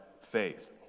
faith